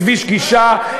כביש גישה,